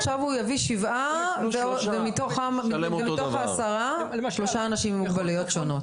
עכשיו הוא יביא שבעה ומתוך העשרה שלושה אנשים עם מוגבלויות שונות.